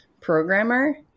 programmer